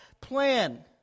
plan